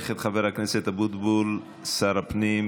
יברך את חבר הכנסת אבוטבול שר הפנים